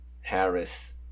Harris